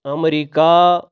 امریکا